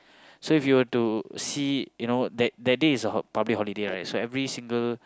so if you were to see you know that that day is a public holiday right so every single